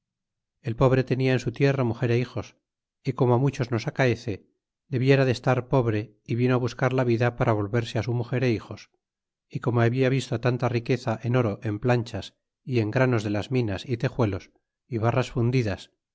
el pobre tenia en su tierra muger e hijos y como muchos nos acaece deberia de estar pobre y vino buscar la vida para volverse su muger é hijos é como habia visto tanta riqueza en oro en planchas y en granos de las minas é tejuelos y barras fundidas